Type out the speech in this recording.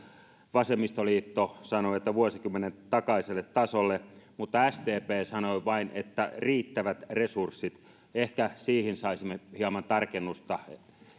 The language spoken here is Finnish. vasemmistoliitto sanoi että vuosikymmenen takaiselle tasolle mutta sdp sanoi vain että riittävät resurssit ehkä siihen saisimme hieman tarkennusta